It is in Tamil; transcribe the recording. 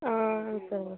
ஆ இப்போ வந்துவிட்டு